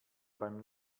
beim